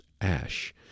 Ash